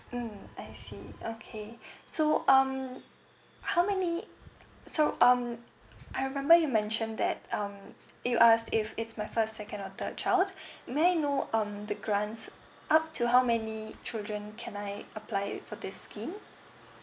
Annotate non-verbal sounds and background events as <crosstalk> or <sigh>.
mm I see okay <breath> so um how many so um I remember you mentioned that um you asked if it's my first second or third child <breath> may I know um the grands up to how many children can I apply for this scheme